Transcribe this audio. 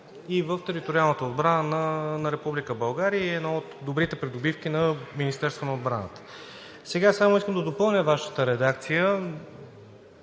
и в териториалната отбрана на Република България и е едно от добрите придобивки на Министерството на отбраната. Само искам да допълня Вашата редакция,